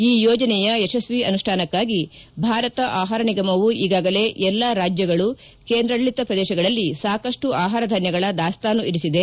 ಈ ಯೋಜನೆಯ ಯಶಸ್ವಿ ಅನುಷ್ಠಾನಕ್ಕಾಗಿ ಭಾರತದ ಆಹಾರ ನಿಗಮವು ಈಗಾಗಲೇ ಎಲ್ಲಾ ರಾಜ್ಯಗಳು ಕೇಂದ್ರಾಡಳಿತ ಪ್ರದೇಶಗಳಲ್ಲಿ ಸಾಕಷ್ಟು ಆಹಾರ ಧಾನ್ಯಗಳ ದಾಸ್ತಾನು ಇರಿಸಿದೆ